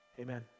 Amen